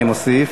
אני מוסיף,